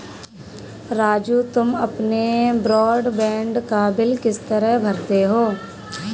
राजू तुम अपने ब्रॉडबैंड का बिल किस तरह भरते हो